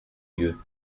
lieu